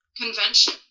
convention